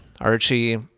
Archie